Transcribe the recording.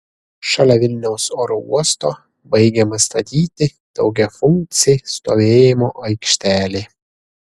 šalia vilniaus oro uosto baigiama statyti daugiafunkcė stovėjimo aikštelė